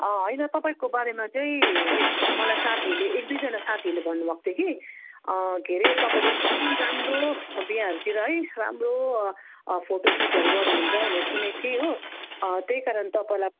होइन तपाईँको बारेमा चाहिँ मलाई साथीहरूले एक दुईजना साथीहरूले भन्नुभएको थियो कि के अरे तपाईँले एकदम राम्रो बिहाहरूतिर है राम्रो फोटो सुटहहरू गर्नुहुन्छ भनेर सुनेको थिएँ हो त्यही कारण तपाईँलाई